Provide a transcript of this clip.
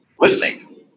listening